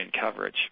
coverage